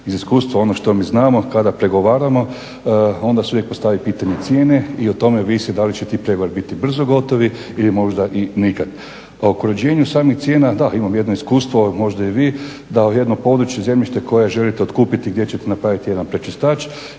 Iz iskustva ono što mi znamo kada pregovaramo onda se uvijek postavi pitanje cijene i o tome ovisi da li će ti pregovori biti brzo gotovi ili možda i nikad. Oko uređenja samih cijena da, imam jedno iskustvo možda i vi da jedno područje, zemljište koje želite otkupiti gdje ćete napraviti jedan prečistač